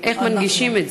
בשירותים ובכניסה למקומות